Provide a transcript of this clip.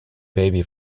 baby